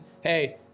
hey